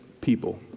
people